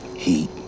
Heat